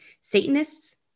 Satanists